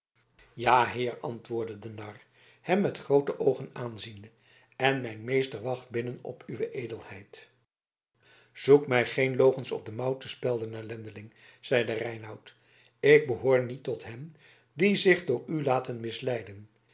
ja heer antwoordde de nar hem met groote oogen aanziende en mijn meester wacht binnen op uwe edelheid zoek mij geen logens op de mouw te spelden ellendeling zeide reinout ik behoor niet tot hen die zich door u laten misleiden